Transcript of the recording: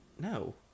No